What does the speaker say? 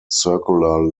circular